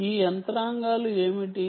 ఈ యంత్రాంగాలు ఏమిటి